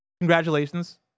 Congratulations